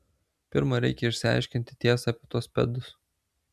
pirma reikia išsiaiškinti tiesą apie tuos pedus